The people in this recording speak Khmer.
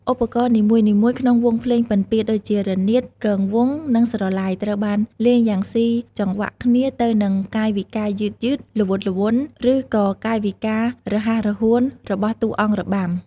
ឧបករណ៍នីមួយៗក្នុងវង់ភ្លេងពិណពាទ្យ ដូចជារនាត គងវង់ និងស្រឡៃ ត្រូវបានលេងយ៉ាងស៊ីចង្វាក់គ្នាទៅនឹងកាយវិការយឺតៗ ល្វត់ល្វន់ ឬក៏កាយវិការរហ័សរហួនរបស់តួអង្គរបាំ។